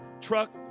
truck